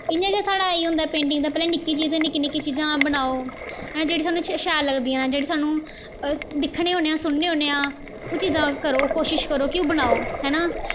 इ'यां गै साढ़ा एह् होंदा ऐ पेंटिंग दा पैह्लें निक्की चीजां निक्की निक्की चीजां बनाओ हैं जेह्ड़ी सानूं शैल लगदियां न जेह्ड़ी सानूं दिक्खने होन्ने आं सुनने होन्ने आं ओह् चीज़ां कोशिश करो कि ओह् बनाओ है ना